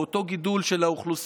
הוא אותו גידול של האוכלוסייה.